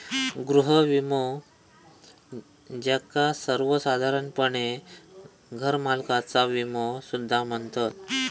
गृह विमो, ज्याका सर्वोसाधारणपणे घरमालकाचा विमो सुद्धा म्हणतत